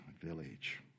Village